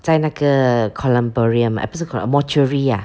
在那个 columbarium eh 不是 colum~ mortuary ah